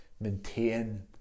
maintain